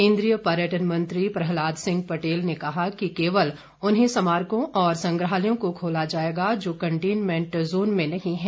केन्द्रीय पर्यटन मंत्री प्रहलाद सिंह पटेल ने कहा कि केवल उन्हीं स्मारकों और संग्रहालयों को खोला जाएगा जो कंटेनमेंट जोन में नहीं हैं